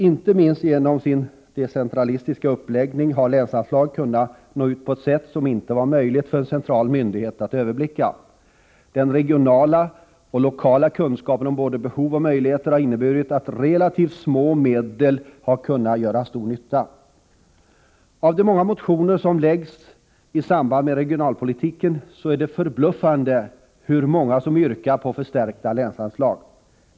Inte minst genom sin decentralistiska uppläggning har länsanslaget kunnat nå ut på ett sätt som det inte är möjligt för en central myndighet att överblicka. Den regionala och lokala kunskapen om både behov och möjligheter har inneburit att relativt små medel har kunnat göra stor nytta. Det är förbluffande hur många av de motioner som väckts i samband med regionalpolitiken yrkar på förstärkta länsanslag.